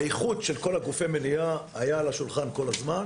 האיחוד של כל גופי המניעה היה על השולחן כל הזמן.